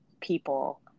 people